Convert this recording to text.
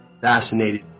fascinated